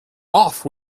off